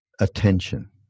attention